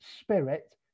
spirit